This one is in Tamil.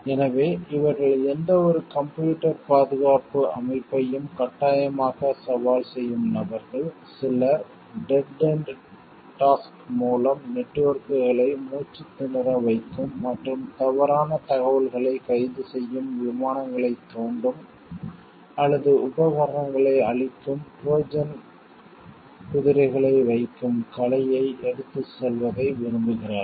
எனவே இவர்கள் எந்தவொரு கம்ப்யூட்டர் பாதுகாப்பு அமைப்பையும் கட்டாயமாக சவால் செய்யும் நபர்கள் சிலர் டெட் எண்ட் டாஸ்க் மூலம் நெட்வொர்க்குகளை மூச்சுத் திணற வைக்கும் மற்றும் தவறான தகவல்களைக் கைது செய்யும் விமானங்களைத் தூண்டும் அல்லது உபகரணங்களை அழிக்கும் ட்ரோஜன் குதிரைகளை வைக்கும் கலையை எடுத்துச் செல்வதை விரும்புகிறார்கள்